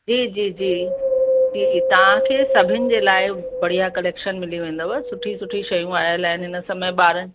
जी जी जी जी तव्हांखे सभिनि जे लाइ बढ़िया कलेक्शन मिली वेंदव सुठी सुठी शयूं आयल आहिनि हिन समय ॿारनि